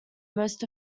most